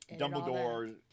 Dumbledore